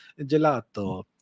gelato